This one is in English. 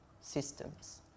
systems